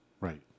Right